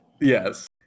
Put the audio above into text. Yes